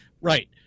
Right